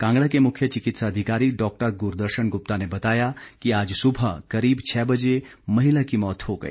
कांगड़ा के मुख्य चिकित्सा अधिकारी डॉक्टर गुरदर्शन गुप्ता ने बताया कि आज सुबह करीब छः बजे महिला की मौत हो गई